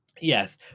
Yes